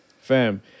Fam